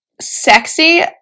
sexy